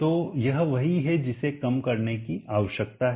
तो यह वही है जिसे कम करने की आवश्यकता है